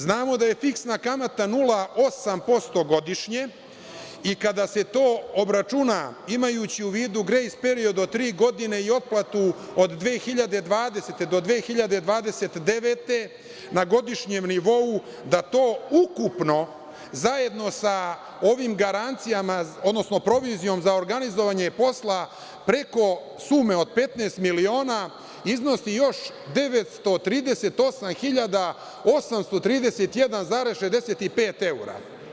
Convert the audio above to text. Znamo da je fiksna kamata 0,8% godišnje i kada se to obračuna, imajući u vidu grejs period od tri godine i otplatu od 2020. do 2029. godine na godišnjem nivou, da to ukupno, zajedno sa ovim garancijama, odnosno provizijom za organizovanje posla preko sume od 15.000.000, iznosi još 938.831,65 evra.